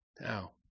Now